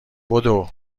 بدو